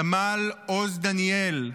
סמל עוז דניאל,